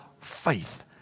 faith